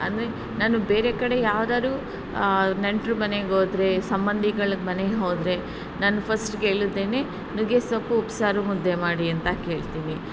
ಅಂದರೆ ನಾನು ಬೇರೆ ಕಡೆ ಯಾವ್ದಾದ್ರು ನೆಂಟರು ಮನೆಗೆ ಹೋದ್ರೆ ಸಂಬಂಧಿಗಳ ಮನೆಗೆ ಹೋದರೆ ನಾನು ಫಸ್ಟ್ ಕೇಳೋದೇನೆ ನುಗ್ಗೆ ಸೊಪ್ಪು ಉಪ್ಸಾರು ಮುದ್ದೆ ಮಾಡಿ ಅಂತ ಕೇಳ್ತೀನಿ